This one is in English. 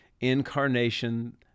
incarnation